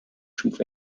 schuf